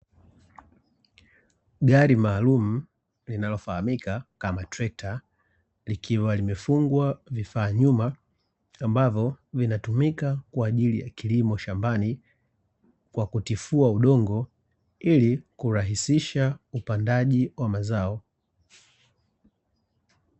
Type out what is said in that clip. Gari maalumu linalofahamika kama trekta, likiwa limefungwa vifaa nyuma ambavyo vinatumika kwa ajili ya kilimo shambani, kwa kutifua udongo ili kurahisisha upandaji wa mazao.